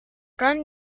kan